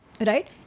right